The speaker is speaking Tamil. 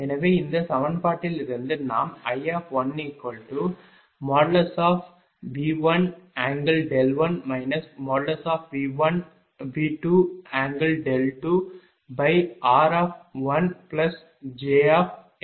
எனவே இந்த சமன்பாட்டிலிருந்து நாம் I1V11 V22r1jx இது சமன்பாடு 60